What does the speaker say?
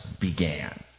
began